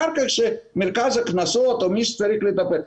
אחר כך שמרכז הקנסות או מי שצריך לטפל.